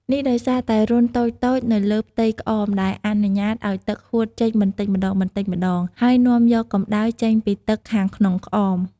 នេះដោយសារតែរន្ធតូចៗនៅលើផ្ទៃក្អម ដែលអនុញ្ញាតឱ្យទឹកហួតចេញបន្តិចម្ដងៗ ហើយនាំយកកម្ដៅចេញពីទឹកខាងក្នុងក្អម។